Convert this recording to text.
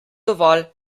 dovolj